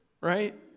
right